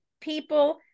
people